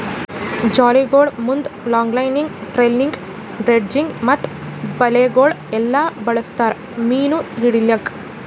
ಜಾಲಿಗೊಳ್ ಮುಂದ್ longlining, trolling, dredging ಮತ್ತ ಬಲೆಗೊಳ್ ಎಲ್ಲಾ ಬಳಸ್ತಾರ್ ಮೀನು ಹಿಡಿಲುಕ್